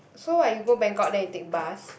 so what you go Bangkok then you take bus